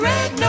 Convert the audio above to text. Red